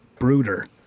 Brooder